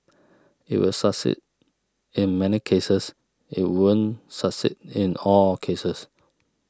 it will succeed in many cases it won't succeed in all cases